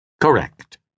Correct